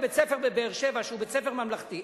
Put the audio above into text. בבית-ספר בבאר-שבע שהוא בית-ספר ממלכתי,